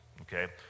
Okay